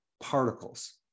particles